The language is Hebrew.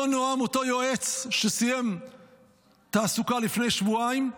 אותו נועם, אותו יועץ שסיים תעסוקה לפני שבועיים,